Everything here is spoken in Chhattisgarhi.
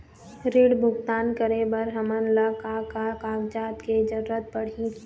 ऋण भुगतान करे बर हमन ला का का कागजात के जरूरत पड़ही?